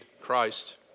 Christ